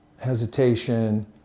hesitation